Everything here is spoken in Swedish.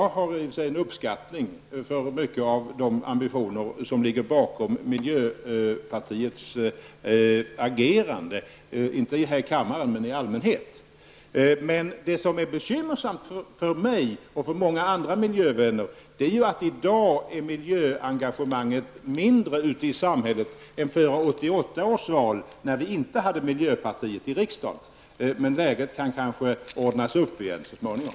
Jag uppskattar i och för sig mycket av de ambitioner som ligger bakom miljöpartiets agerande -- inte i den här kammaren men i allmänhet. Det som är bekymmersamt för mig och för många andra miljövänner är ju att miljöengemanget i dag är mindre ute i samhället än före 1988 års val, när vi inte hade miljöpartiet i riksdagen. Men läget kan kanske ordnas upp igen så småningom.